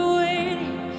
waiting